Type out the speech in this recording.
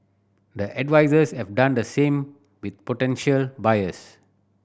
the advisers have done the same with potential buyers